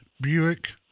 Buick